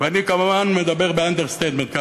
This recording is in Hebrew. ואני כמובן מדבר באנדרסטייטמנט,